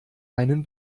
einen